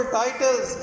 titles